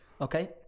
okay